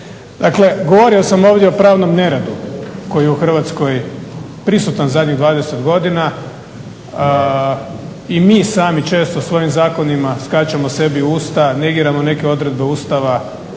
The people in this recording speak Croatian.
Dakle, govorio sam ovdje o pravnom neredu koji je u Hrvatskoj prisutan zadnjih 20 godina. I mi sami često svojim zakonima skačemo sebi u usta, negiramo neke odredbe Ustava.